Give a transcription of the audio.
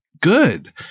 Good